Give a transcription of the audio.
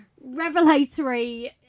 revelatory